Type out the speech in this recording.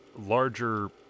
larger